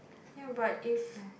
ya but if